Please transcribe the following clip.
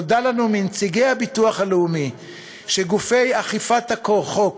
נודע לנו מנציגי הביטוח הלאומי שגופי אכיפת החוק,